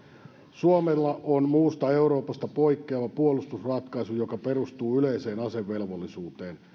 suomella on muusta euroopasta poikkeava puolustusratkaisu joka perustuu yleiseen asevelvollisuuteen